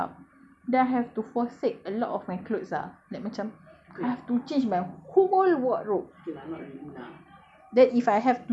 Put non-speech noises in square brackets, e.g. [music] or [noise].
then I've asked myself if I were to wear niqab then I have to forsake a lot of my clothes ah like macam [breath] to change my whole wardrobe